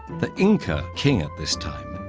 the inca king at this time,